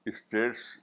states